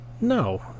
No